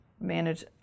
manage